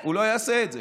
הוא לא יעשה את זה.